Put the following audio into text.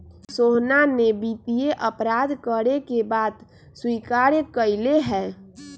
सोहना ने वित्तीय अपराध करे के बात स्वीकार्य कइले है